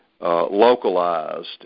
Localized